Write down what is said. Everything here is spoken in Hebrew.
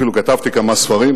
אפילו כתבתי כמה ספרים,